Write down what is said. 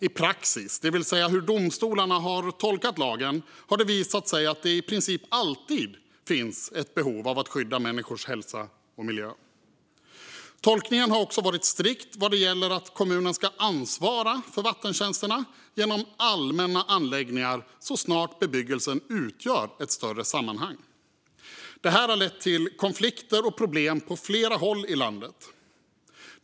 I praxis, det vill säga hur domstolarna har tolkat lagen, har det visat sig att det i princip alltid finns ett behov av att skydda människors hälsa och miljön. Tolkningen har också varit strikt vad gäller att kommunen ska ansvara för vattentjänsterna genom allmänna anläggningar så snart bebyggelsen utgör ett större sammanhang. Det här har lett till konflikter och problem på flera håll i landet.